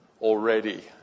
already